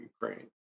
Ukraine